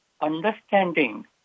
understanding